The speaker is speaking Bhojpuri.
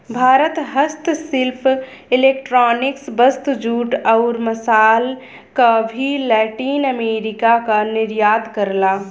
भारत हस्तशिल्प इलेक्ट्रॉनिक वस्तु, जूट, आउर मसाल क भी लैटिन अमेरिका क निर्यात करला